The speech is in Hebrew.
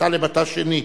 טלב, אתה שני.